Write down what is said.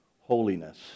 holiness